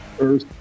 Earth